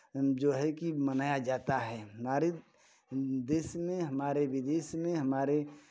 जो है कि मनाया जाता है हमारी देश में हमारे विदेश में हमारे